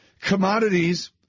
commodities